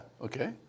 Okay